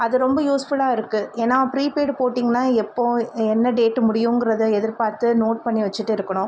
அது ரொம்ப யூஸ்ஃபுல்லாக இருக்குது ஏன்னா ப்ரீபெய்டு போட்டிங்கன்னால் எப்போது என்ன டேட்டு முடியுங்கிறத எதிர் பார்த்து நோட் பண்ணி வச்சுட்டு இருக்கணும்